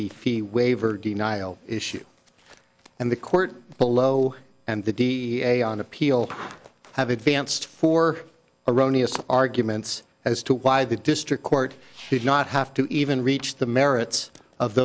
the fee waiver denial issue and the court below and the da on appeal have advanced for erroneous arguments as to why the district court should not have to even reach the merits of